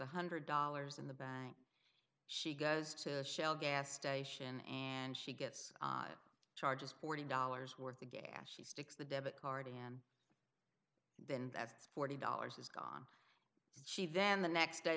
one hundred dollars in the bank she goes to shell gas station and she gets charges forty dollars worth of gas she sticks the debit card and then that's forty dollars is gone she then the next day